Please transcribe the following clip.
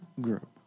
group